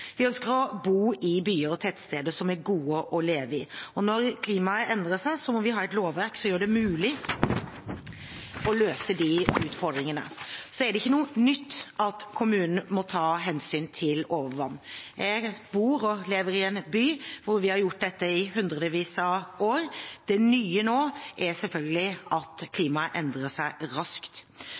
Vi ønsker å bo i byer og tettsteder som er gode å leve i. Når klimaet endrer seg, må vi ha et lovverk som gjør det mulig å løse utfordringene. Det er ikke noe nytt at kommunene må ta hensyn til overvann. Jeg bor og lever i en by hvor vi har gjort dette i hundrevis av år. Det nye nå er at klimaet endrer seg raskt.